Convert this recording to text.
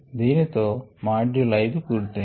దీనితో మాడ్యూల్ 5 పూర్తి అయ్యినది